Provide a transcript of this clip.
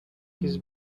his